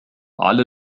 على